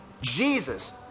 Jesus